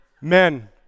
men